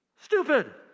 stupid